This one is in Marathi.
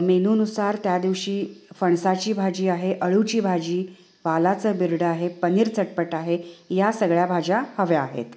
मेनूनुसार त्या दिवशी फणसाची भाजी आहे अळूची भाजी वालाचं बिरडं आहे पनीर चटपट आहे या सगळ्या भाज्या हव्या आहेत